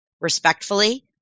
respectfully